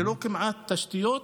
כמעט ללא תשתיות,